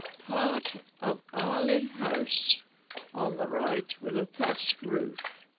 part of arley house on the right with a thatched roof